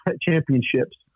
championships